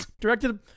Directed